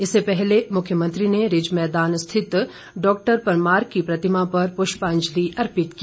इससे पहले मुख्यमंत्री ने रिज मैदान स्थित डॉक्टर परमार की प्रतिमा पर पुष्पांजलि अर्पित की